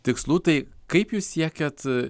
tikslų tai kaip jūs siekiat